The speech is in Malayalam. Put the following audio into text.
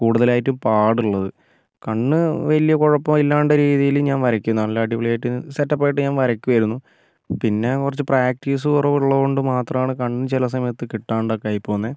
കൂടുതലായിട്ടും പാടുള്ളത് കണ്ണ് വലിയ കുഴപ്പമില്ലാണ്ട് രീതിയിൽ ഞാൻ വരയ്ക്കും നല്ല അടിപൊളിയായിട്ട് സെറ്റപ്പായിട്ട് ഞാൻ വരയ്ക്കുമായിരുന്നു പിന്നെ കുറച്ച് പ്രാക്ടീസ് കുറവുള്ളത് കൊണ്ട് മാത്രമാണ് കണ്ണ് ചില സമയത്ത് കിട്ടാണ്ടൊക്കെ ആയിപ്പോന്നെ